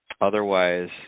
Otherwise